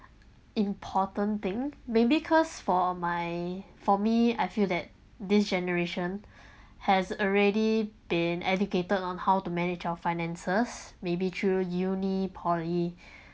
important thing maybe cause for my for me I feel that this generation has already been educated on how to manage your finances maybe through uni poly